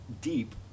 deep